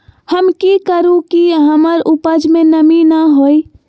हम की करू की हमर उपज में नमी न होए?